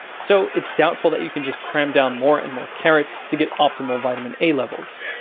so it's doubtful that you can just cram down more and more carrots to get optimal vitamin a levels.